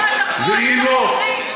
ואם לא,